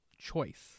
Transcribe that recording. choice